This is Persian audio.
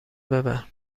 ببر